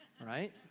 right